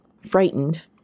frightened